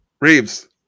Reeves